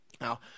Now